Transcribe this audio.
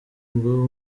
ngo